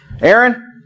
Aaron